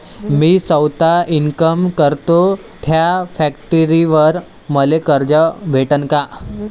मी सौता इनकाम करतो थ्या फॅक्टरीवर मले कर्ज भेटन का?